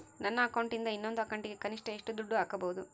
ನನ್ನ ಅಕೌಂಟಿಂದ ಇನ್ನೊಂದು ಅಕೌಂಟಿಗೆ ಕನಿಷ್ಟ ಎಷ್ಟು ದುಡ್ಡು ಹಾಕಬಹುದು?